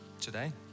today